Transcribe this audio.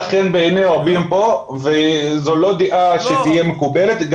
חן בעיני רבים פה וזו לא דעה שתהיה מקובלת.